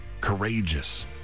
courageous